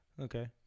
Okay